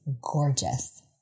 gorgeous